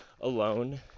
alone